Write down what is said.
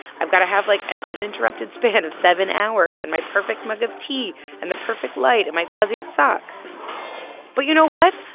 i've got to have, like, an uninterrupted span of seven hours and my perfect mug of tea and the perfect light and my fuzziest socks but you know what?